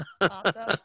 Awesome